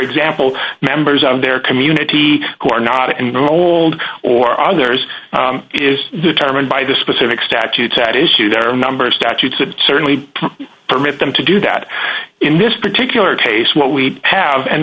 example members of their community who are not in the hold or others is determined by the specific statutes at issue there are a number of statutes that certainly permit them to do that in this particular case what we have and